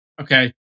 Okay